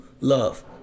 love